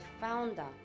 founder